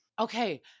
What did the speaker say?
Okay